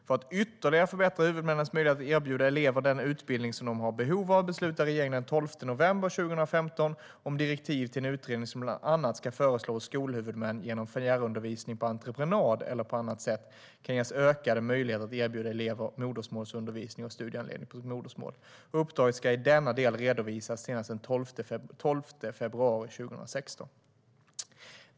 För att ytterligare förbättra huvudmännens möjlighet att erbjuda elever den utbildning som de har behov av beslutade regeringen den 12 november 2015 om direktiv till en utredning som bland annat ska föreslå hur skolhuvudmän genom fjärrundervisning på entreprenad eller på annat sätt kan ges ökade möjligheter att erbjuda elever modersmålsundervisning och studiehandledning på modersmål. Uppdraget ska i denna del redovisas senast den 12 februari 2016.